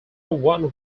one